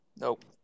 nope